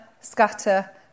scatter